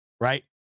Right